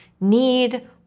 need